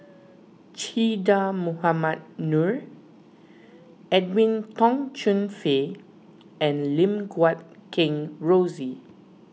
Che Dah Mohamed Noor Edwin Tong Chun Fai and Lim Guat Kheng Rosie